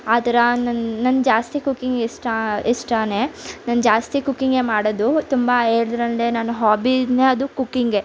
ಆ ಥರ ನನ್ನ ನನ್ನ ಜಾಸ್ತಿ ಕುಕ್ಕಿಂಗ್ ಇಷ್ಟ ಇಷ್ಟಾನೇ ನಾನು ಜಾಸ್ತಿ ಕುಕ್ಕಿಂಗೆ ಮಾಡೋದು ತುಂಬ ಎದರೆಂದ್ರೆ ನನ್ನ ಹಾಬಿಯೇ ಅದು ಕುಕ್ಕಿಂಗೆ